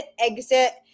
exit